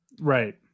Right